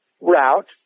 route